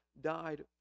died